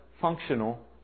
functional